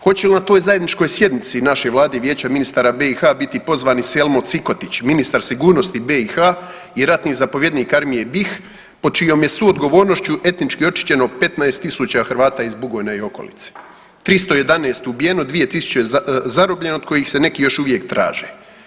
Hoće li na toj zajedničkoj sjednici naše vlade i vijeća ministara BiH biti pozvan i Selmo Cikotić, ministar sigurnosti BiH i ratni zapovjednik Armije BiH pod čijom je suodgovornošću etnički očišćeno 15.000 Hrvata iz Bugojna i okolice, 311 ubijeno, 2.000 zarobljeno od kojih se neki još uvijek traže?